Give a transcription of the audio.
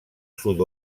sud